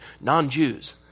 non-Jews